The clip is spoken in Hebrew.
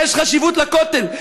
יש חשיבות לכותל,